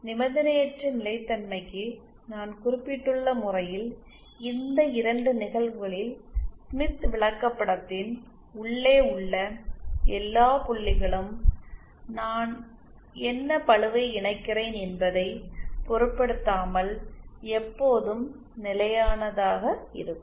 நிபந்தனையற்ற நிலைத்தன்மைக்கு நான் குறிப்பிட்டுள்ள முறையில் இந்த இரண்டு நிகழ்வுகளில் ஸ்மித் விளக்கப்படத்தின் உள்ளே உள்ள எல்லா புள்ளிகளும் நான் என்ன பளுவை இணைக்கிறேன் என்பதைப் பொருட்படுத்தாமல் எப்போதும் நிலையானதாக இருக்கும்